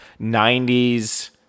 90s